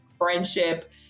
friendship